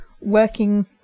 working